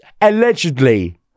Allegedly